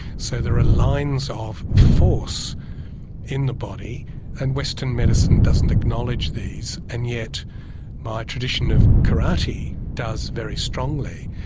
so there are lines of force in the body and western medicine doesn't acknowledge these, and yet my tradition of karate does very strongly,